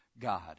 God